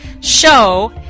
show